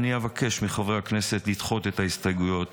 אבקש מחברי הכנסת לדחות את ההסתייגויות